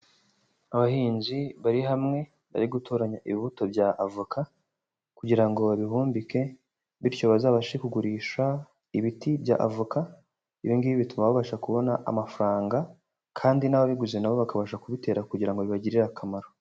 Abahinzi bari hamwe bari gutoranya ibibuto bya avoka kugira ngo babihumbike bityo bazabashe kugurisha ibiti bya avoka, ibi ngibi bituma babasha kubona amafaranga kandi n'ababiguze na bo bakabasha kubitera kugira ngo bibagirire akamaro.